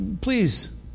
please